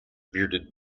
bearded